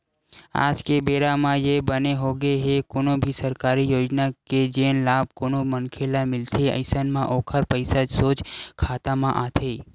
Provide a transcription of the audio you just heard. आज के बेरा म ये बने होगे हे कोनो भी सरकारी योजना के जेन लाभ कोनो मनखे ल मिलथे अइसन म ओखर पइसा सोझ खाता म आथे